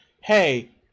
Hey